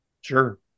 Sure